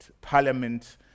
Parliament